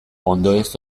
ondoez